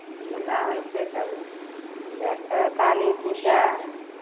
मेला होइ छै तब जा कऽ काली पूजा